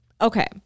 okay